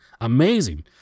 Amazing